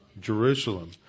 Jerusalem